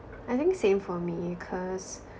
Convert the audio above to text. I think same for me cause